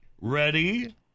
Ready